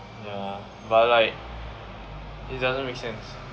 ya but like it doesn't make sense